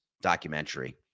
documentary